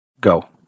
go